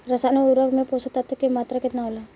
रसायनिक उर्वरक मे पोषक तत्व के मात्रा केतना होला?